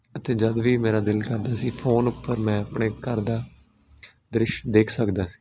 ਅਤੇ ਜਦ ਵੀ ਮੇਰਾ ਦਿਲ ਕਰਦਾ ਸੀ ਫੋਨ ਉੱਪਰ ਮੈਂ ਆਪਣੇ ਘਰ ਦਾ ਦ੍ਰਿਸ਼ ਦੇਖ ਸਕਦਾ ਸੀ